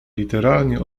literalnie